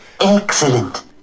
Excellent